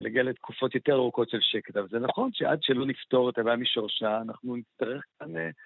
להגיע לתקופות יותר ארוכות של שקט. אבל זה נכון שעד שלא נפתור את הבעיה משורשה, אנחנו ניצטרך כאן...